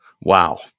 Wow